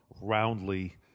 roundly